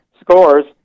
scores